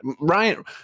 Ryan